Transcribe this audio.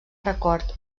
record